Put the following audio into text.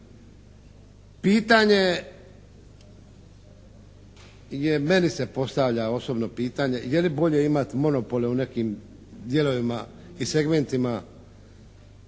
Pitanje je, meni se postavlja osobno pitanje, je li bolje imat monopole u nekim dijelovima i segmentima